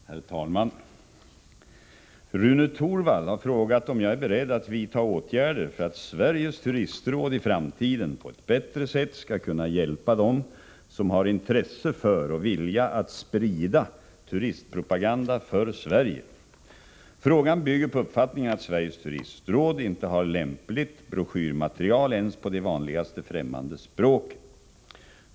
Herr talman! Rune Torwald har frågat om jag är beredd att vidta åtgärder för att Sveriges turistråd i framtiden på ett bättre sätt skall kunna hjälpa dem som har intresse för och vilja att sprida turistpropaganda för Sverige. Frågan bygger på uppfattningen att Sveriges turistråd inte har lämpligt broschyrmaterial ens på de vanligaste främmande språken.